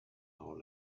our